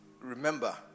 remember